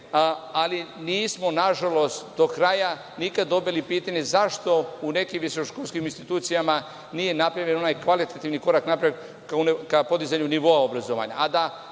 ali nismo nažalost, do kraja nikada dobili pitanje zašto u nekim visokoškolskim institucijama nije napravljen onaj kvalitativni korak napred ka podizanju nivoa obrazovanja.